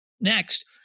next